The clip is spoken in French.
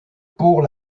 pour